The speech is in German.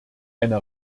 eine